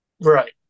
Right